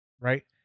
right